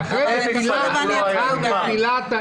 אי אפשר להצטרף, הוא לא היה, נגמר.